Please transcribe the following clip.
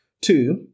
Two